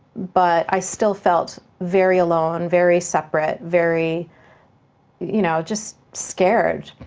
but i still felt very alone, very separate, very you know just scared,